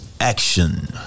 action